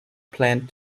planned